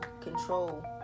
control